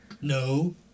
No